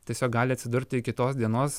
tiesiog gali atsidurti kitos dienos